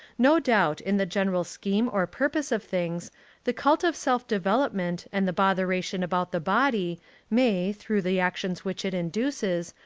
no doubt, in the general scheme or purpose of things the cult of self-development and the botheration about the body may, through the actions which it induces,